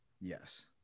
Yes